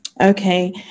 Okay